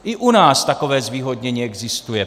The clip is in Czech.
I u nás takové zvýhodnění existuje.